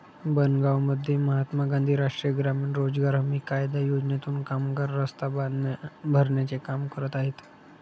बनगावमध्ये महात्मा गांधी राष्ट्रीय ग्रामीण रोजगार हमी कायदा योजनेतून कामगार रस्ता भरण्याचे काम करत आहेत